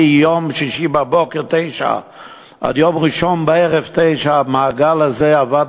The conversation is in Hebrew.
מיום שישי בבוקר ב-09:00 עד יום ראשון בערב ב-21:00 המעגל הזה עבד